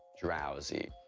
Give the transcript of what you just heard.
drowsy?